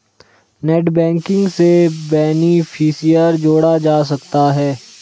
net banking से beneficiary जोड़ा जा सकता है